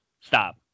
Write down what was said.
Stop